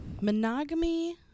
monogamy